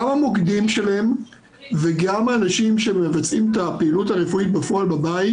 גם המוקדים שלהם וגם האנשים שמבצעים את הפעילות הרפואית בפועל בבית